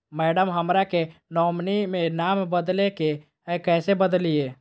madam, हमरा के nominee में नाम बदले के हैं, कैसे बदलिए